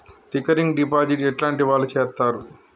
Recurring deposit ఎట్లాంటి వాళ్లు చేత్తరు?